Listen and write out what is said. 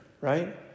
right